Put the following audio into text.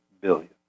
billion